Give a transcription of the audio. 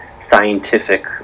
scientific